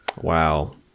Wow